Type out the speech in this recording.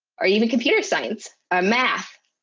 or even computer science, or math,